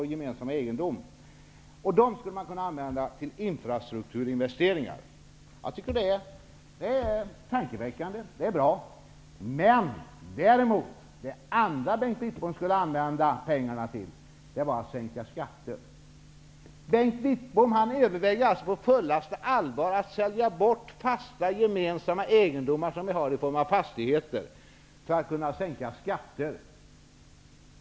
Intäkterna från dessa försäljningar skulle man, sade herr Wittbom, kunna använda till infrastrukturinvesteringar. Det är tankeväckande, och det är bra. Men det andra som herr Wittbom skulle använda pengarna till var att sänka skatter. Bengt Wittbom överväger alltså på fullaste allvar att sälja bort fasta gemensamma egendomar i form av fastigheter för att kunna sänka skatter.